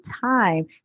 time